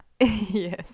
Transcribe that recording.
yes